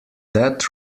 that